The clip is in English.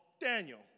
Daniel